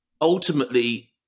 ultimately